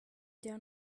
down